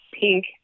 pink